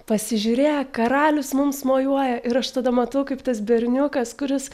pasižiūrėk karalius mums mojuoja ir aš tada matau kaip tas berniukas kuris